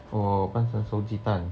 or 半生熟鸡蛋